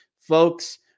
Folks